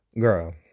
girl